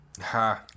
Ha